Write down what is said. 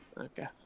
Okay